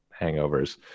hangovers